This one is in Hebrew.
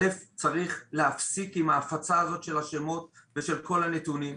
צריך להפסיק עם ההפצה הזאת של השמות ושל כל הנתונים.